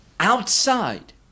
Outside